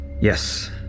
Yes